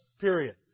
period